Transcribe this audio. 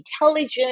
intelligent